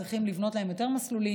צריכים לבנות יותר מסלולים,